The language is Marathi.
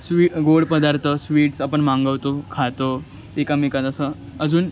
स्वी गोड पदार्थ स्वीट्स आपण मागवतो खातो एकमेकांत असं अजून